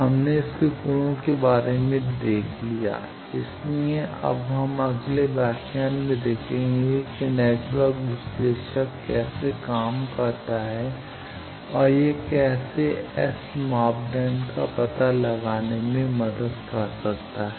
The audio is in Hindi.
हमने इसके गुणों के बारे में देख लिया इसलिए हम अगले व्याख्यान में देखेंगे कि नेटवर्क विश्लेषक कैसे काम करता है और यह कैसे S मापदंड का पता लगाने में मदद कर सकता है